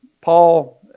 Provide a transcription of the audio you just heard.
Paul